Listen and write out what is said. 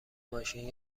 ماشین